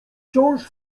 wciąż